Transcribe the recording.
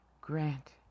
grant